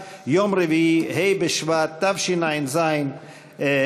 מסקנות הוועדה המיוחדת לצדק חלוקתי ולשוויון חברתי